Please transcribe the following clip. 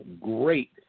great